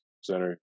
center